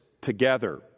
together